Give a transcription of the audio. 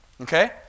Okay